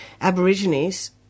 Aborigines